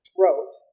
wrote